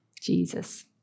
Jesus